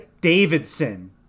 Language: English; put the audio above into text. Davidson